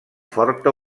forta